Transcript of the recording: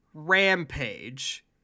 Rampage